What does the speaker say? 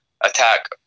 attack